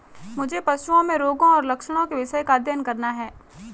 मुझे पशुओं में रोगों और लक्षणों के विषय का अध्ययन करना है